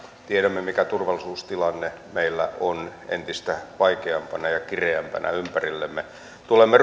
tiedämme että turvallisuustilanne meillä on entistä vaikeampana ja kireämpänä ympärillämme tulemme